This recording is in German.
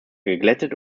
geglättet